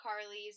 Carly's